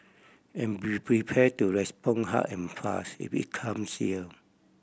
and be prepared to respond hard and fast it be comes here